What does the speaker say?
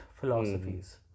philosophies